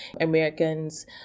Americans